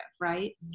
Right